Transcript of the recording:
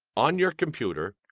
on your computer,